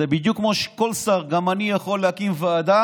זה בדיוק כמו שכל שר, גם אני יכול להקים ועדה